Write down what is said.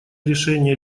решения